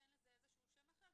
שמספקת אחרי 60 יום,